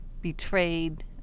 betrayed